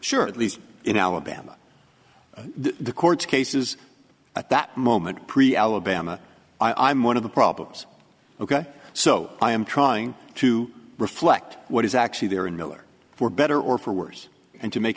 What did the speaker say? sure these in alabama the court cases at that moment pre alabama i am one of the problems ok so i am trying to reflect what is actually there in miller for better or for worse and to make